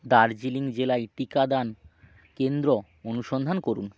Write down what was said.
দার্জিলিং জেলায় টিকাদান কেন্দ্র অনুসন্ধান করুন